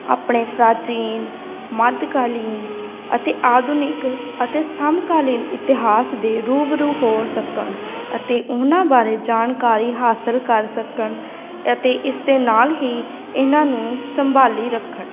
ਆਪਣੇ ਪ੍ਰਾਚੀਨ ਮੱਧਕਾਲੀਨ ਅਤੇ ਆਧੁਨਿਕ ਅਤੇ ਸਮਕਾਲੀਨ ਇਤਿਹਾਸ ਦੇ ਰੂ ਬ ਰੂ ਹੋ ਸਕਣ ਅਤੇ ਉਹਨਾਂ ਬਾਰੇ ਜਾਣਕਾਰੀ ਹਾਸਲ ਕਰ ਸਕਣ ਅਤੇ ਇਸ ਦੇ ਨਾਲ ਹੀ ਇਹਨਾਂ ਨੂੰ ਸੰਭਾਲੀ ਰੱਖਣ